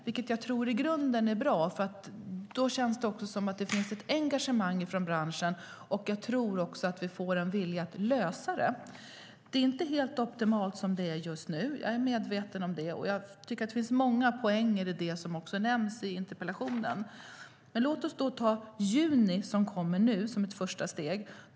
Jag tror att det i grunden är bra, för då känns det som att det finns ett engagemang från branschen, och jag tror att vi får en vilja att lösa det här. Det är inte helt optimalt som det är just nu; jag är medveten om det. Jag tycker att det finns många poänger i det som nämns i interpellationen. Låt oss ta juni, som kommer nu, som ett första steg.